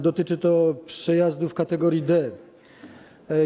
Dotyczy to przejazdów kategorii D.